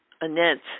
Annette